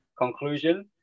conclusion